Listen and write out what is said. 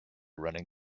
running